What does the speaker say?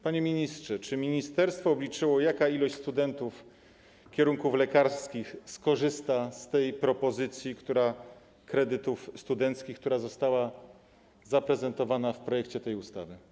Panie ministrze, czy ministerstwo obliczyło, jaka liczba studentów kierunków lekarskich skorzysta z propozycji dotyczącej kredytów studenckich, która została zaprezentowana w projekcie ustawy?